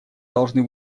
должны